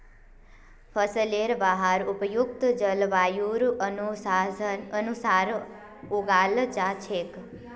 फसलेर वहार उपयुक्त जलवायुर अनुसार उगाल जा छेक